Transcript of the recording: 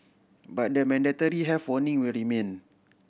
but the mandatory health warning will remain